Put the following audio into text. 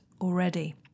already